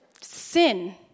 sin